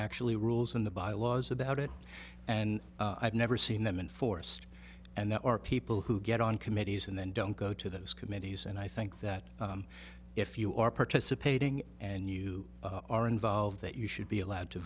actually rules in the by laws about it and i've never seen them in force and there are people who get on committees and then don't go to those committees and i think that if you are participating and you are involved that you should be allowed to